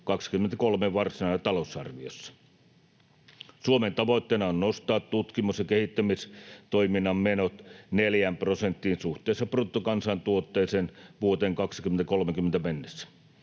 23 varsinaisessa talousarviossa. Suomen tavoitteena on nostaa tutkimus- ja kehittämistoiminnan menot neljään prosenttiin suhteessa bruttokansantuotteeseen vuoteen 2030 mennessä.